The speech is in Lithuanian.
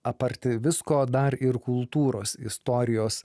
apart visko dar ir kultūros istorijos